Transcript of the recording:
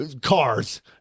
cars